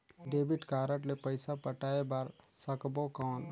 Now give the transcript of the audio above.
Debit card ले पइसा पटाय बार सकबो कौन?